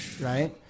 right